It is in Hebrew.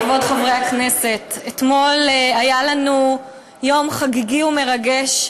כבוד חברי הכנסת, אתמול היה לנו יום חגיגי ומרגש.